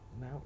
now